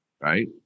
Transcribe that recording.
right